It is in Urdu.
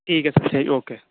ٹھیک ہے سر اوکے